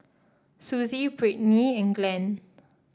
Susie Brittny and Glen